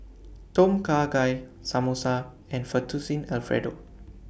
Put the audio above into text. Tom Kha Gai Samosa and Fettuccine Alfredo